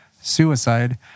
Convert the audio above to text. suicide